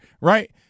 right